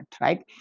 right